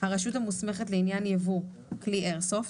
הרשות המוסמכת לעניין יבוא כלי איירסופט,